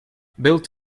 built